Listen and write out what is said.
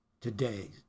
today